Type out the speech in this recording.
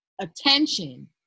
attention